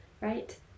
right